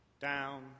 down